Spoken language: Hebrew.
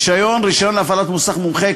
רישיון להפעלת מוסך מומחה,